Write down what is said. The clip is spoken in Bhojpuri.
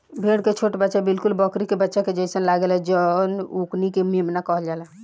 भेड़ के छोट बच्चा बिलकुल बकरी के बच्चा के जइसे लागेल सन ओकनी के मेमना कहल जाला